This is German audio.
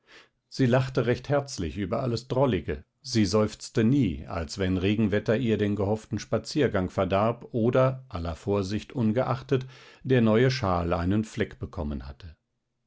sie lachte recht herzlich über alles drollige sie seufzte nie als wenn regenwetter ihr den gehofften spaziergang verdarb oder aller vorsicht ungeachtet der neue shawl einen fleck bekommen hatte